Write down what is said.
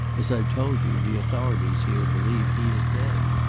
as i've told you, the authorities here believe he is dead.